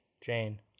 Jane